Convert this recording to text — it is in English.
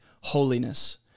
holiness